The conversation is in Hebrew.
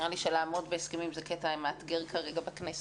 נראה לי שלעמוד בהסכמים זה קטע מאתגר כרגע בכנסת.